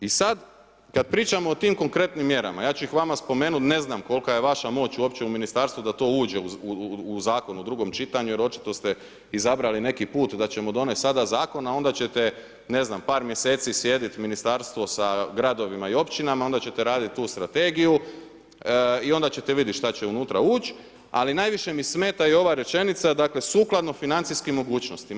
I sada, kada pričamo o tim konkretnim mjerama, ja ću ih vama spomenuti, ne znam kolika je vaša moć uopće u ministarstvu, da to uđe u zakon u drugom čitanju, jer očito ste izabrali neki put, da ćemo donesti sada zakon, a onda ćete, ne znam par mjeseci, sjediti ministarstvo sa gradovima i općinama i onda ćete raditi tu strategiju i onda ćete vidjeti što će unutra ući, ali najviše mi smeta i ova rečenica, dakle sukladno financijskim mogućnostima.